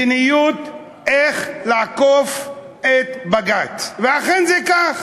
מדיניות של איך לעקוף את בג"ץ, ואכן זה כך.